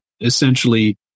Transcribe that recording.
essentially